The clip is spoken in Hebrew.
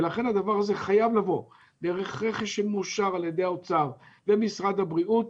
לכן הדבר הזה חייב לבוא דרך רכש שמאושר על ידי האוצר ומשרד הבריאות,